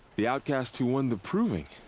the outcast who won the proving.